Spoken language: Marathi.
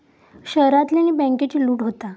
शहरांतल्यानी बॅन्केची लूट होता